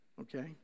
okay